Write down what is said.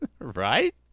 Right